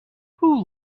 who